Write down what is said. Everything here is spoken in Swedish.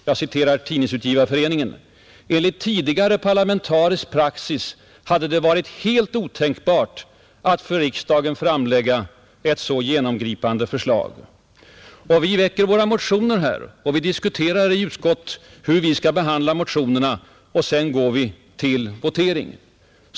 Jag citerar Tidningsutgivareföreningen: ”Enligt tidigare parlamentarisk praxis hade det varit helt otänkbart att för riksdagen framlägga ett så genomgripande förslag.” Vi väcker våra motioner här i riksdagen och diskuterar i utskotten hur vi skall behandla frågan; sedan går vi till votering.